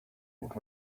what